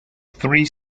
three